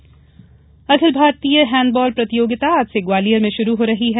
हैं डबाल अखिल भारतीय हैंडबाल प्रतियोगिता आज से ग्वालियर में शुरू हो रही है